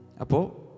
Apo